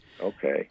Okay